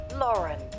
Lauren